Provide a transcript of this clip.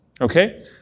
Okay